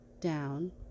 down